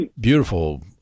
beautiful